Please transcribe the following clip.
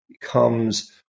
comes